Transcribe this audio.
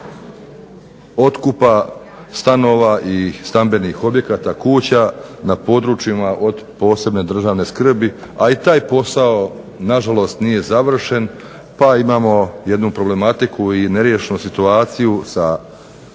otkupa stanova i stambenih objekata, kuća na područjima od posebne državne skrbi. A i taj posao nažalost nije završen pa imamo jednu problematiku i neriješenu situaciju sa građanima